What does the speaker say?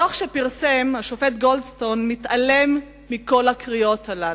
הדוח שפרסם השופט גולדסטון מתעלם מכל הקריאות האלה.